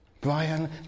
Brian